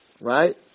right